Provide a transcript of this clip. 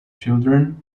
children